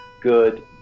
good